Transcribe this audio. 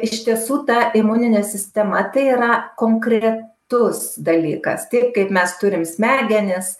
iš tiesų ta imuninė sistema tai yra konkretus dalykas taip kaip mes turim smegenis